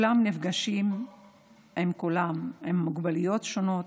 וכולם נפגשים עם כולם, עם מוגבלויות שונות: